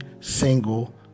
single